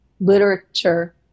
literature